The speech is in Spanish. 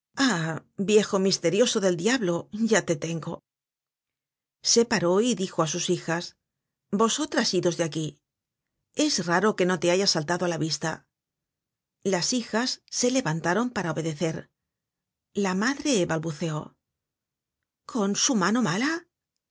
viejo misterioso del diablo ya te tengo content from google book search generated at se paró y dijo á sus hijas vosotras idos de aquí es raro que no te haya saltado á la vista las hijas se levantaron para obedecer la madre balbuceó con su mano mala